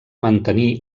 mantenir